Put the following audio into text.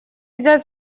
взять